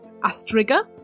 astriga